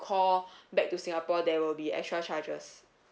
call back to singapore there will be extra charges